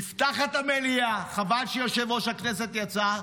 נפתחת המליאה חבל שיושב-ראש הכנסת יצא,